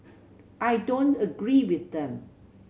I don't agree with them